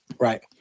Right